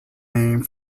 name